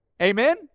Amen